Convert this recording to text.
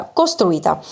costruita